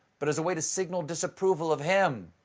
but as a way to signal disapproval of him.